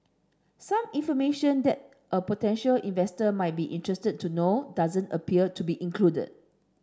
some information that a potential investor might be interested to know doesn't appear to be included